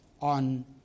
on